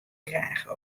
graach